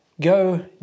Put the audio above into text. go